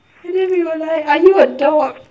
and then we were like are you a dog